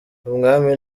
umwami